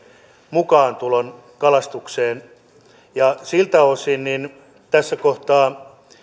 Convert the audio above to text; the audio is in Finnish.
mukaantulon kalastukseen siltä osin tässä kohtaa